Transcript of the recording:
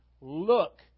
look